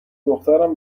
دخترم